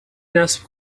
نصب